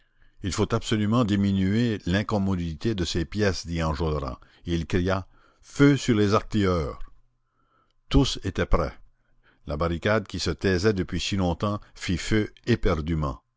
il faut absolument diminuer l'incommodité de ces pièces dit enjolras et il cria feu sur les artilleurs tous étaient prêts la barricade qui se taisait depuis si longtemps fit feu éperdument